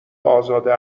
ازاده